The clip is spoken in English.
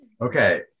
Okay